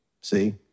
See